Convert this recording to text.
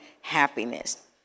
happiness